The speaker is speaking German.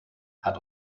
hat